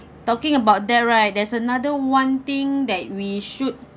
talking about that right there's another one thing that we should